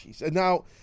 now